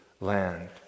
land